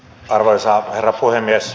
arvoisa herra puhemies